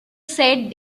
sad